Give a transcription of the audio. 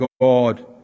God